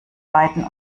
beiden